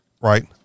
right